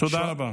תודה רבה.